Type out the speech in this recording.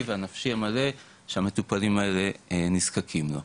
והנפשי המלא שהמטופלים האלה נזקקים לו.